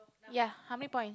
ya how many point